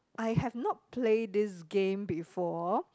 I have not play this game before